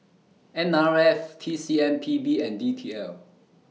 N R F T C M P B and D T L